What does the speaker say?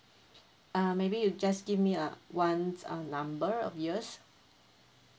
uh maybe you just give me uh one uh number of years